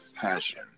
passion